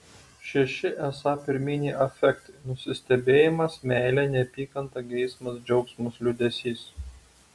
šeši esą pirminiai afektai nusistebėjimas meilė neapykanta geismas džiaugsmas liūdesys